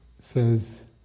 says